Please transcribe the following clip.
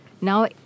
Now